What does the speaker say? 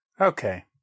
Okay